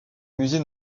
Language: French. musée